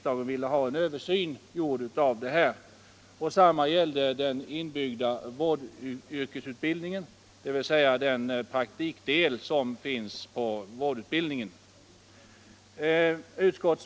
Detsamma gällde den inbyggda vårdyrkesutbildningen, dvs. den praktikdel som finns i vårdutbildningen.